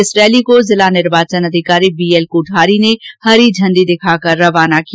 इस रैली को जिला निर्वाचन अधिकारी बी एल कोठारी ने हरी झंडी दिखाकर रवाना किया